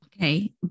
Okay